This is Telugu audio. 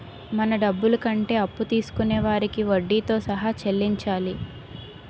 మన డబ్బులు కంటే అప్పు తీసుకొనే వారికి వడ్డీతో సహా చెల్లించాలి